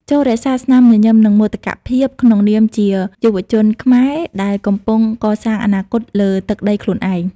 ចូររក្សាស្នាមញញឹម និងមោទកភាពក្នុងនាមជាយុវជនខ្មែរដែលកំពុងកសាងអនាគតលើទឹកដីខ្លួនឯង។